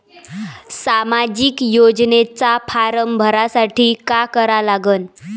सामाजिक योजनेचा फारम भरासाठी का करा लागन?